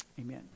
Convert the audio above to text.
Amen